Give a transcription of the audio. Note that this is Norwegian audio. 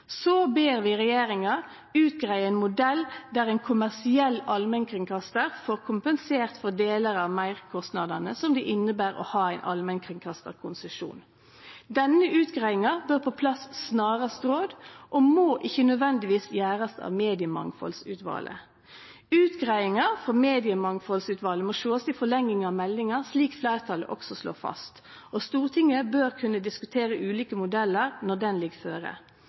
Så ber vi regjeringa utgreie ein modell der ein kommersiell allmennkringkastar får kompensert for delar av meirkostnadane som det inneber å ha ein allmennkringkastarkonsesjon. Denne utgreiinga bør på plass snarast råd og må ikkje nødvendigvis gjerast av Mediemangfaldsutvalet. Utgreiinga frå Mediemangfaldsutvalet må sjåast i forlenging av meldinga, slik fleirtalet også slår fast, og Stortinget bør kunne diskutere ulike modellar når ho ligg føre.